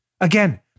again